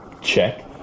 check